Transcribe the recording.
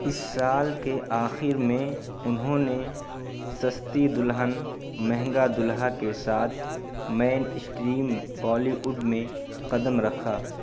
اس سال کے آخر میں انہوں نے سستی دلہن مہنگا دلہا کے ساتھ مین اسٹریم بالی اڈ میں قدم رکھا